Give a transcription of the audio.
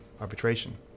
arbitration